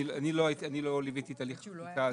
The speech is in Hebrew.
אני לא ליוויתי את הליך החקיקה הזה.